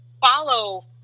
follow